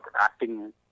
acting